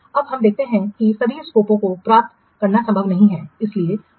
अब हम देखते हैं कि सभी स्कोपों को प्राप्त करना संभव नहीं है